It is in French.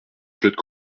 claude